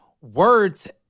words